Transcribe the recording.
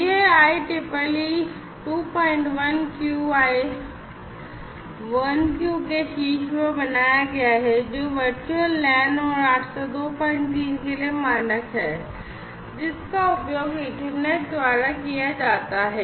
यह I EEE 21Q 1Q के शीर्ष पर बनाया गया है जो वर्चुअल LAN और 8023 के लिए मानक है जिसका उपयोग ईथरनेट द्वारा किया जाता है